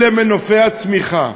אלה מנופי הצמיחה.